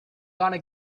gonna